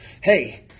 hey